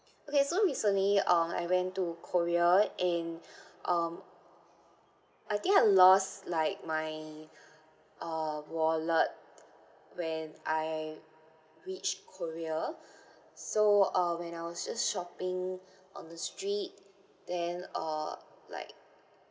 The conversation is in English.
okay so recently um I went to korea and um I think I lost like my uh wallet when I reached korea so uh when I was just shopping on the street then uh like